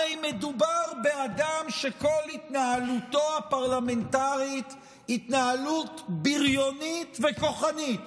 הרי מדובר באדם שכל התנהלותו הפרלמנטרית היא התנהלות בריונית וכוחנית.